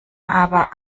aber